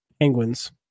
Penguins